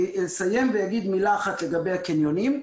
אני אסיים ואגיד מילה אחת לגבי הקניונים.